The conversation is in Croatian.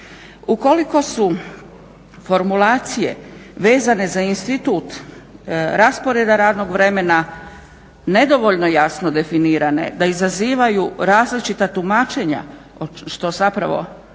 Ukoliko su formulacije vezane za institut rasporeda radnog vremena nedovoljno jasno definirane da izazivaju različita tumačenja što zapravo